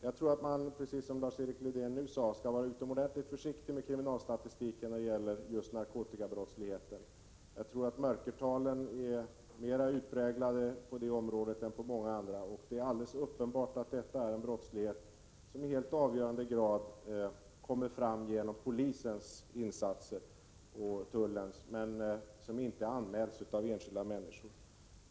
Jag tror — precis som Lars-Erik Lövdén sade — att man skall vara utomordentligt försiktig med kriminalstatistiken när det gäller just narkotikabrottslighet. Jag tror att mörkertalen är mer utpräglade på detta område än på många andra. Det är alldeles uppenbart att detta är en brottslighet som i helt avgörande grad kommer fram genom polisens och tullens insatser och som inte anmäls av enskilda människor.